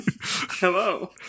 hello